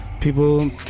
people